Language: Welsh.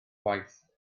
gwaith